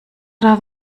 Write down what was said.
oder